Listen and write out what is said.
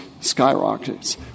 skyrockets